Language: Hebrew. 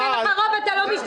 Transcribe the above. אם אין לך רוב, אתה לא משתתף.